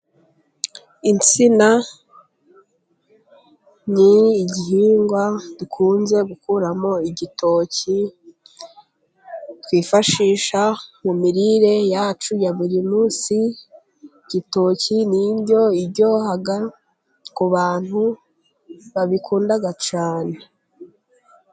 Insina ni igihingwa dukunze gukuramo igitoki twifashisha mu mirire yacu ya buri munsi. Igitoki ni indyo iryoha ku bantu babikunda cyane.